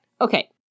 Okay